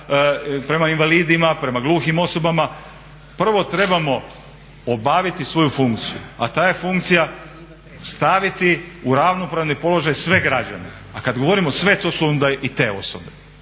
s invaliditetom, prema gluhim osobama. Prvo trebamo obaviti svoju funkciju, a ta je funkcija staviti u ravnopravni položaj sve građane. A kad govorimo sve to su onda i te osobe.